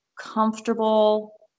comfortable